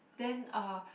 then uh